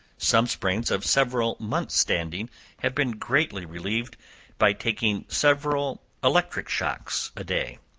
some sprains of several months' standing have been greatly relieved by taking several electric shocks a day.